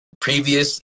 previous